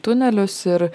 tunelius ir